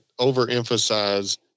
overemphasize